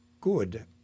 good